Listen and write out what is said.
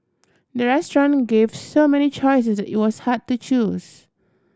the restaurant gave so many choices it was hard to choose